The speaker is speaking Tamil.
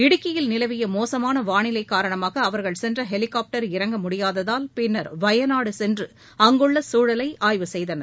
இடுக்கியில் நிலவிய மோசமான வானிலை காரணமாக அவர்கள் சென்ற ஹெலிகாப்டர் இறங்க முடியாததால் பின்னர் வயநாடு சென்று அங்குள்ள சூழலை ஆய்வு செய்தனர்